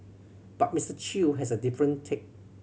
but Mister Chew has a different take